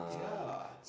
yeah